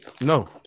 No